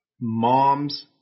Moms